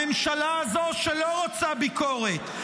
הממשלה הזו שלא רוצה ביקורת,